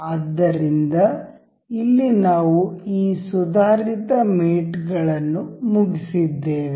ಆದ್ದರಿಂದ ಇಲ್ಲಿ ನಾವು ಈ ಸುಧಾರಿತ ಮೇಟ್ ಗಳನ್ನು ಮುಗಿಸಿದ್ದೇವೆ